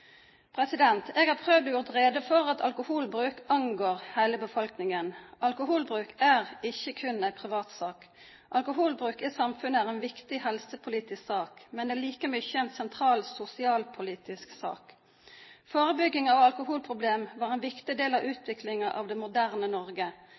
Jeg har prøvd å gjøre rede for at alkoholbruk angår hele befolkningen. Alkoholbruk er ikke kun en privatsak. Alkoholbruk i samfunnet er en viktig helsepolitisk sak, men det er like mye en sentral sosialpolitisk sak. Forebygging av alkoholproblemer var en viktig del av